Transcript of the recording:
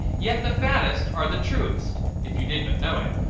yet the fattest are the truest, if you did but know it,